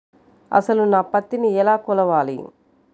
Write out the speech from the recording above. అసలు నా పత్తిని ఎలా కొలవాలి?